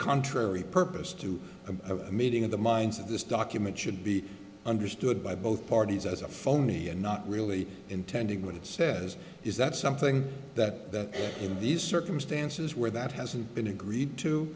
contrary purpose to a meeting of the minds of this document should be understood by both parties as a phony and not really intending what it says is that something that in these circumstances where that hasn't been agreed to